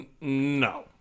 no